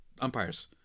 umpires